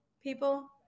people